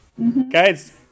guys